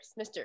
Mr